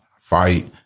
fight